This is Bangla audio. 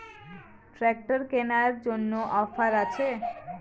ট্রাক্টর কেনার জন্য অফার আছে?